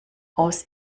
aus